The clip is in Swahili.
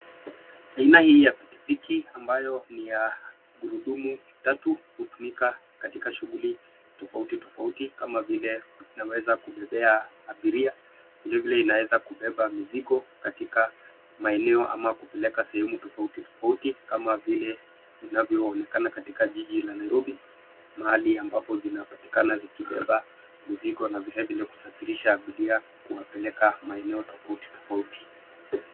Aina hii ya pikipiki ambayo ni ya gurudumu tatu hutumika katika shughuli tofauti tofauti kama vile una eza kubebea abiria, vile vile ina weza kubeba mizigo katika maeneo ama kupeleka sehemu tofauti tofauti kama vile inavyo onekana katika jiji la Nairobi, mahali ambapo zinapatikana zikibeba mizigo na vile vile kusafirisha abiria kuwapeleka maeneo tofauti tofauti.